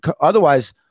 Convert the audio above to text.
Otherwise